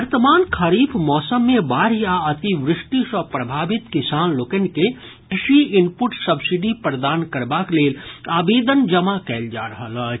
वर्तमान खरीफ मौसम मे बाढ़ि आ अतिवृष्टि सँ प्रभावित किसान लोकनि के कृषि इनप्रट सब्सिडी प्रदान करबाक लेल आवेदन जमा कयल जा रहल अछि